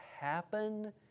happen